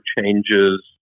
changes